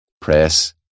press